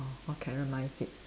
orh caramelise it